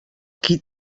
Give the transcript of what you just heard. qui